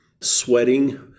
sweating